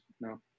no